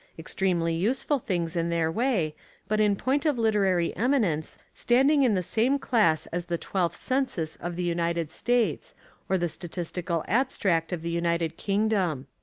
extremely useful things in their way but in point of literary eminence standing in the same class as the twelfth census of the united states or the statistical abstract of the united kingdom.